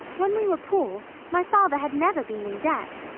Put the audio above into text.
when we were poor my father had never been in debt.